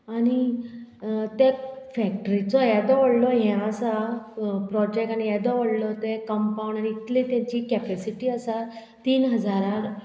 आनी ते फॅक्ट्रीचो येदो व्हडलो हे आसा प्रोजेक्ट आनी येदो व्हडलो ते कंपाउंड आनी इतली तेंची कॅपेसिटी आसा तीन हजारार